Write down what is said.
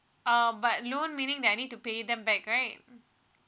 um but loan meaning that I need to pay them back right